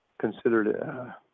considered